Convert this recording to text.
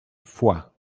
foix